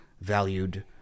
valued